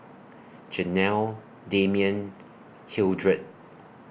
Janell Damion Hildred